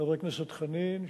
חבר הכנסת חנין,